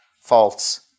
false